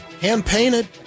Hand-painted